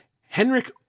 Henrik